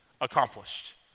accomplished